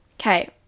Okay